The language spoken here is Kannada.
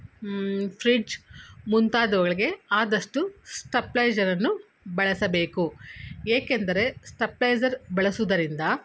ಫ್ರಿಡ್ಜ್ ಮುಂತಾದವುಗಳಿಗೆ ಆದಷ್ಟು ಸ್ಟೇಪ್ಲೈಜರನ್ನು ಬಳಸಬೇಕು ಏಕೆಂದರೆ ಸ್ಟೇಪ್ಲೈಜರ್ ಬಳಸುವುದರಿಂದ